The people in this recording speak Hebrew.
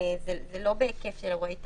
זה לא בהיקף של אירועי תרבות.